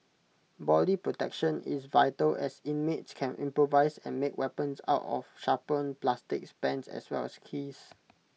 body protection is vital as inmates can improvise and make weapons out of sharpened plastics pens as well as keys